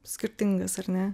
skirtingas ar ne